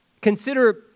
Consider